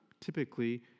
Typically